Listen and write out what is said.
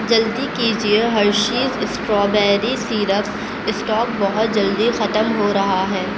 جلدی کیجیے Hershey's strawberry syrup stock بہت جلدی ختم ہو رہا ہے